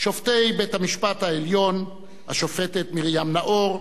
שופטי בית-המשפט העליון, השופטת מרים נאור,